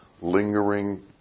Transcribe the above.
lingering